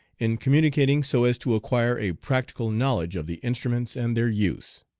in communicating so as to acquire a practical knowledge of the instruments and their use.